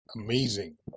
amazing